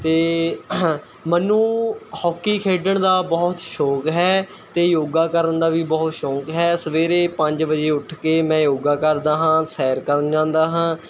ਅਤੇ ਮੈਨੂੰ ਹੋਕੀ ਖੇਡਣ ਦਾ ਬਹੁਤ ਸ਼ੌਕ ਹੈ ਅਤੇ ਯੋਗਾ ਕਰਨ ਦਾ ਵੀ ਬਹੁਤ ਸ਼ੌਕ ਹੈ ਸਵੇਰੇ ਪੰਜ ਵਜੇ ਉੱਠ ਕੇ ਮੈਂ ਯੋਗਾ ਕਰਦਾ ਹਾਂ ਸੈਰ ਕਰਨ ਜਾਂਦਾ ਹਾਂ